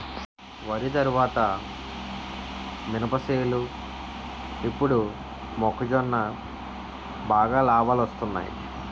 వరి తరువాత మినప సేలు ఇప్పుడు మొక్కజొన్న బాగా లాబాలొస్తున్నయ్